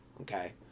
okay